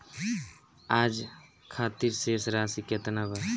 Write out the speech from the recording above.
आज खातिर शेष राशि केतना बा?